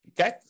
okay